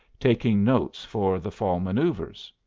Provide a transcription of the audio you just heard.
taking notes for the fall manoeuvres.